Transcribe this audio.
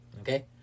okay